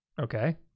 Okay